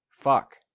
fuck